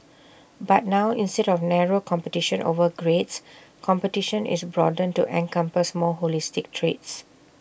but now instead of narrow competition over grades competition is broadened to encompass more holistic traits